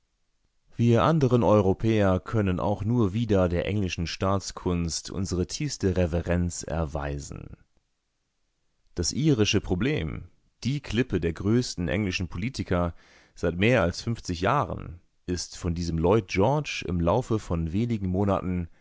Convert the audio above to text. wir anderen europäer können auch nur wieder der englischen staatskunst unsere tiefste reverenz erweisen das irische problem die klippe der größten englischen politiker seit mehr als fünfzig jahren ist von diesem lloyd george im laufe von wenigen monaten